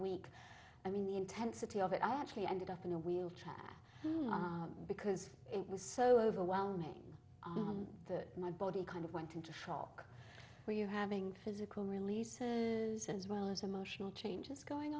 week i mean the intensity of it i actually ended up in a wheelchair because it was so overwhelming that my body kind of went into shock are you having physical release as well as emotional changes going